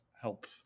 help